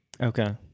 Okay